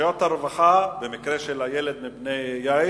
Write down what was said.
רשויות הרווחה, במקרה של הילד מבני-עי"ש,